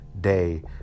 day